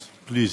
אז please.